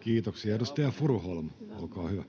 Kiitoksia. — Edustaja Furuholm, olkaa hyvä.